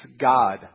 God